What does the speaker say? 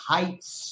Heights